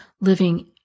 living